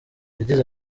yagize